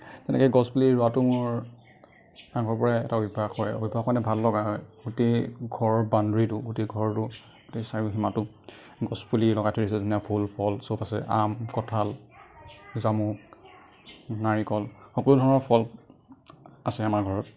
এনেকৈ গছ পুলি ৰোৱাটো মোৰ আগৰ পৰাই এটা অভ্য়াস হয় অভ্য়াস মানে ভাল লগা হয় গোটেই ঘৰৰ গোটেই বাউণ্ডেৰীটো গোটেই ঘৰটো গোটেই চাৰিসীমাটো গছ পুলিয়ে লগাই থৈ দিছোঁ ধুনীয়া ফুল ফল চব আছে আম কঠাল জামু নাৰিকল সকলো ধৰণৰ ফল আছে আমাৰ ঘৰত